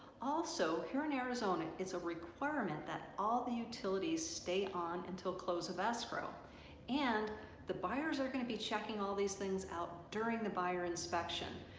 also here in arizona it is a requirement that all the utilities stay on until close of escrow and the buyers are going to be checking all these things out during the buyer inspection.